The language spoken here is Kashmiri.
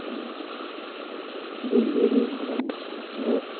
اہن حظ بیٚیہِ لیٚڈیٖز گُلوٕز زٕ